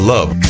Love